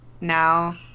now